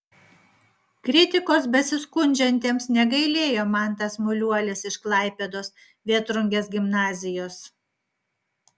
kritikos besiskundžiantiems negailėjo mantas muliuolis iš klaipėdos vėtrungės gimnazijos